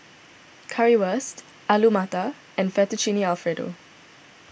Currywurst Alu Matar and Fettuccine Alfredo